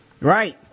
Right